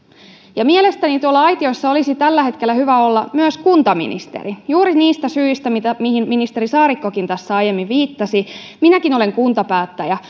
ja mielestäni tuolla aitiossa olisi tällä hetkellä hyvä olla myös kuntaministerin juuri niistä syistä mihin ministeri saarikkokin tässä aiemmin viittasi minäkin olen kuntapäättäjä